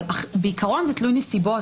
אבל בעיקרון זה תלוי נסיבות.